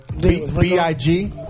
B-I-G